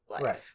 Right